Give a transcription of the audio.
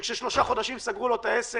כאשר אחרי שלושה חודשים שסגרו לו את העסק